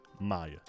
Maya